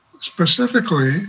specifically